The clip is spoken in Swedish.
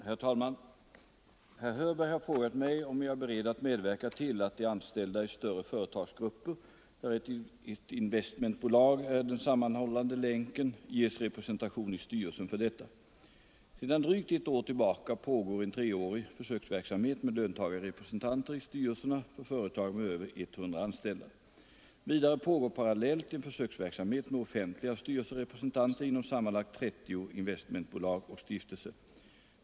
Herr talman! Herr Hörberg har frågat mig om jag är beredd att medverka till att de anställda i större företagsgrupper, där ett investmentbolag är den sammanhållande länken, ges representation i styrelsen för detta. Sedan drygt ett år tillbaka pågår en treårig försöksverksamhet med löntagarrepresentanter i styrelserna för företag med över 100 anställda. Vidare pågår parallellt en försöksverksamhet med offentliga styrelserepresentanter inom sammanlagt 30 investmentbolag och stiftelser.